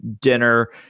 dinner